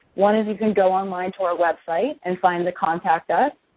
one is you can go online to our website and find the contact us,